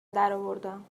درآوردم